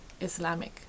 Islamic